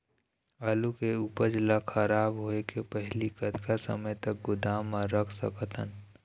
आलू के उपज ला खराब होय के पहली कतका समय तक गोदाम म रख सकत हन?